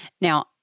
Now